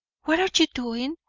what are you doing?